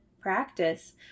practice